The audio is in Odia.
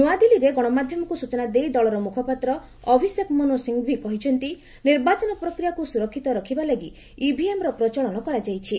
ନୂଆଦିଲ୍ଲୀରେ ଗଣମାଧ୍ୟମକୁ ସୂଚନା ଦେଇ ଦଳର ମୁଖପାତ୍ର ଅଭିଷେକ ମନୁ ସିଙ୍ଗ୍ଭୀ କହିଛନ୍ତି ନିର୍ବାଚନ ପ୍ରକ୍ରିୟାକୁ ସୁରକ୍ଷିତ ରଖିବା ଲାଗି ଇଭିଏମ୍ର ପ୍ରଚଳନ କରାଯାଇଛି